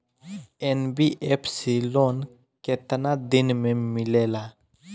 NBFC loan केतना दिन मे मिलेला?